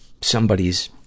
somebody's